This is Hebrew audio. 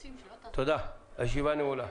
תודה, הישיבה נעולה.